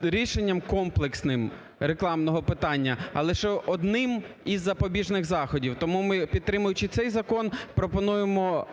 рішенням комплексним рекламного питання, а лише одним із запобіжних заходів. Тому ми, підтримуючи цей закон, пропонуємо